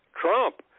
Trump